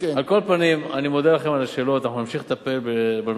התקורות האלה ילכו לטובת הניצולים.